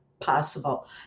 possible